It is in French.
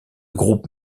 groupe